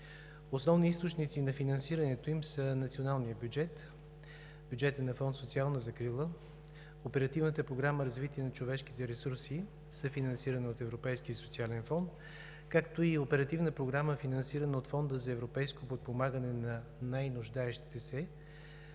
Основни източници на финансирането им са: националният бюджет, бюджетът на фонд „Социална закрила“, Оперативната програма „Развитие на човешките ресурси“, съфинансирана от Европейския социален фонд, както и Оперативна програма, финансирана от Фонда за европейско подпомагане на най-нуждаещите се